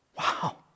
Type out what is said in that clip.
Wow